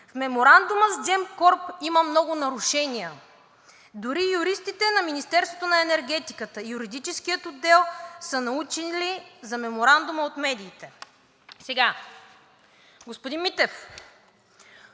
„Меморандумът с Gemcorp има много нарушения и дори юристите на Министерството на енергетиката, юридическият отдел са научили за меморандума от медиите.“ Господин Митев,